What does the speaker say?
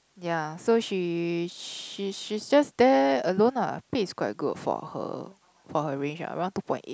ya so she she she's just there alone ah pay is quite good for her for her range ah around two point eight